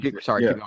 Sorry